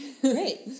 great